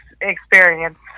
experience